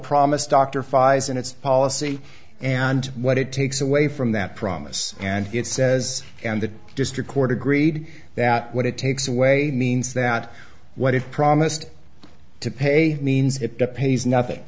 promised dr five's and its policy and what it takes away from that promise and it says and the district court agreed that what it takes away means that what it promised to pay means it depends nothing